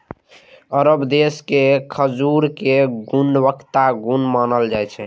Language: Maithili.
अरब देश के खजूर कें गुणवत्ता पूर्ण मानल जाइ छै